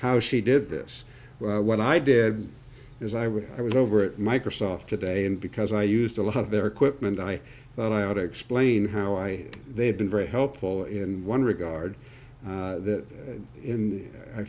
how she did this what i did is i was i was over at microsoft today and because i used a lot of their equipment i thought i ought to explain how i they've been very helpful in one regard that in i